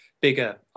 bigger